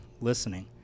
listening